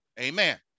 amen